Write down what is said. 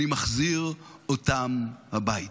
אני מחזיר אותם הביתה.